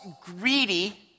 greedy